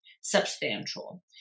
substantial